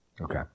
Okay